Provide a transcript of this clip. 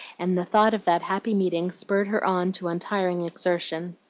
and the thought of that happy meeting spurred her on to untiring exertion.